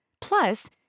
Plus